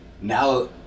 Now